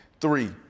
three